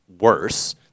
worse